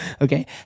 okay